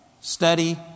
study